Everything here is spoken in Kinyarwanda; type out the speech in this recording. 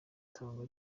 itangwa